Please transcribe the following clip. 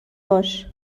باش